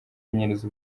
kunyereza